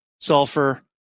sulfur